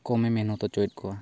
ᱠᱚᱢᱮ ᱢᱮᱦᱱᱚᱛ ᱦᱚᱪᱚᱭᱮᱫ ᱠᱚᱣᱟ